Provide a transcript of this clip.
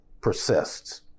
persists